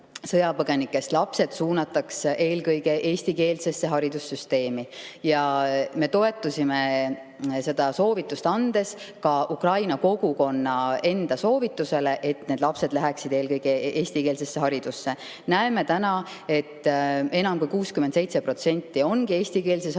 sõjapõgenikest lapsed suunatakse eelkõige eestikeelsesse haridussüsteemi. Me toetusime seda soovitust andes ka [siinse] Ukraina kogukonna enda soovitusele, et need lapsed läheksid eelkõige eestikeelsetesse haridus[asutustesse]. Näeme täna, et enam kui 67% ongi eestikeelses haridussüsteemis,